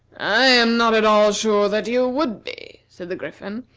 i am not at all sure that you would be, said the griffin,